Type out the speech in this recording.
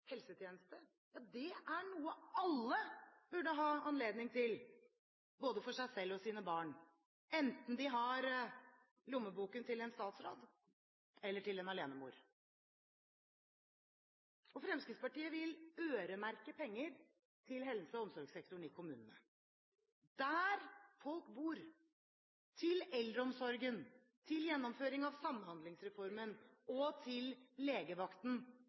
offentlig helsetjeneste er noe alle burde ha anledning til, både for seg selv og sine barn, enten de har lommeboken til en statsråd eller til en alenemor. Fremskrittspartiet vil øremerke penger til helse- og omsorgssektoren i kommunene – der folk bor – til eldreomsorgen, til gjennomføring av Samhandlingsreformen og til legevakten,